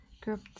Group